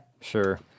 Sure